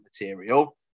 material